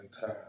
time